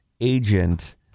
agent